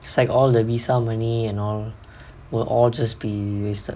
it's like all the visa money and all will all just been wasted